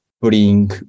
bring